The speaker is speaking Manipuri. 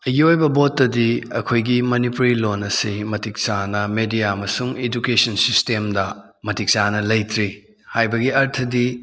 ꯑꯩꯒꯣ ꯑꯣꯏꯕ ꯃꯣꯠꯇꯗꯤ ꯑꯩꯈꯣꯏꯒꯤ ꯃꯅꯤꯄꯨꯔꯤ ꯂꯣꯟ ꯑꯁꯤ ꯃꯇꯤꯛ ꯆꯥꯅ ꯃꯦꯗꯤꯌꯥ ꯑꯃꯁꯨꯡ ꯏꯗꯨꯀꯦꯁꯟ ꯁꯤꯁꯇꯦꯝꯗ ꯃꯇꯤꯛ ꯆꯥꯅ ꯂꯩꯇ꯭ꯔꯤ ꯍꯥꯏꯕꯒꯤ ꯑꯔꯊꯥꯗꯤ